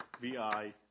Vi